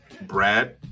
Brad